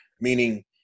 Meaning